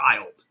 child